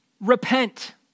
Repent